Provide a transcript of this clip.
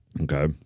Okay